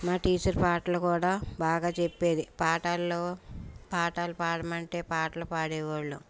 మా టీచర్ పాటలు కూడా బాగా చెప్పేది పాఠాల్లో పాటలు పాడాము అంటే పాటలు పాడేవాళ్ళు